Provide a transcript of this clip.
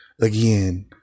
again